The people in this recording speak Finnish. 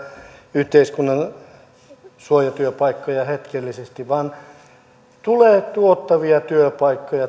yhteiskunnan suojatyöpaikkoja hetkellisesti vaan tuottavia työpaikkoja